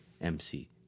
mc